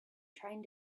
trying